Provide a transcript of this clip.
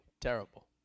terrible